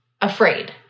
afraid